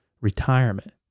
retirement